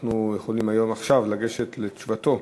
אנחנו יכולים עכשיו לגשת לתשובתו,